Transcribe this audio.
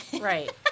Right